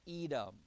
Edom